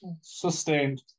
Sustained